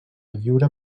lliure